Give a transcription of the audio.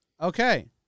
Okay